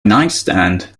nightstand